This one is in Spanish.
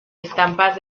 estampas